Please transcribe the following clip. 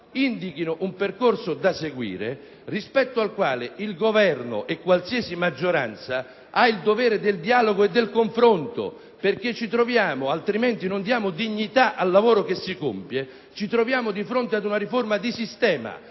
indichi un percorso da seguire rispetto al quale il Governo e qualsiasi maggioranza hanno il dovere del dialogo e del confronto, perche´ ci troviamo – altrimenti non diamo dignitaal lavoro che si compie – di fronte ad una riforma di sistema